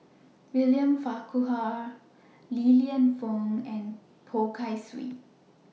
William Farquhar Li Lienfung and Poh Kay Swee